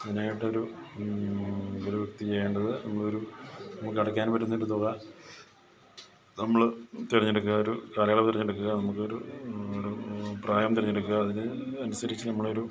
അതിനായിട്ടൊരു ഒരു വ്യക്തി ചെയ്യേണ്ടത് നമ്മളൊരു നമുക്ക് അടയ്ക്കാൻ പറ്റുന്നൊരു തുക നമ്മൾ തിരഞ്ഞെടുക്കുക ഒരു കാലയളവ് തിരഞ്ഞെടുക്കുക നമുക്കൊരു ഒരു പ്രായം തിരഞ്ഞെടുക്കുക അതിന് അനുസരിച്ച് നമ്മളൊരു